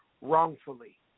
wrongfully